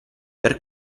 per